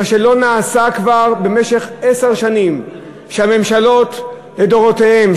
מה שלא נעשה במשך עשר שנים של הממשלות לדורותיהן.